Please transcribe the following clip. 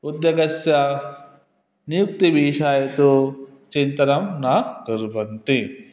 उद्योगस्य नियुक्तिविषये तु चिन्तनं न कुर्वन्ति